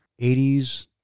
80s